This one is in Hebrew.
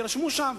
ויירשמו שם?